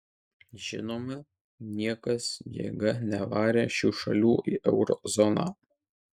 žinoma niekas jėga nevarė šių šalių į euro zoną